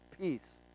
peace